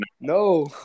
No